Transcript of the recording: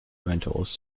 rentals